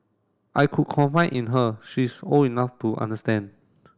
I could confide in her she is old enough to understand